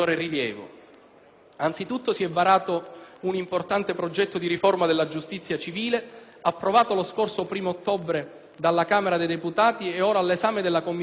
Anzitutto si è varato un importante progetto di riforma della giustizia civile, approvato lo scorso 1° ottobre 2008 dalla Camera dei deputati, e ora all'esame della Commissione giustizia